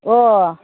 अ